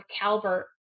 Calvert